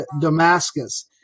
Damascus